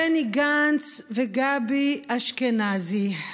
בני גנץ וגבי אשכנזי,